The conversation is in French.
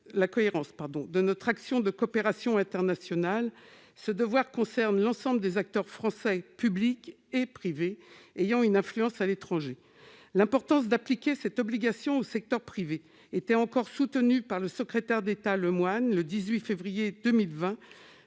de notre action de coopération internationale, ce devoir concerne l'ensemble des acteurs français publics et privés ayant une influence à l'étranger. L'importance d'appliquer cette obligation au secteur privé était encore soutenue par le secrétaire d'État Jean-Baptiste Lemoyne le 18 février 2020